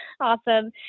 Awesome